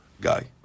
guy